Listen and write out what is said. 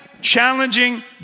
challenging